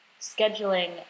scheduling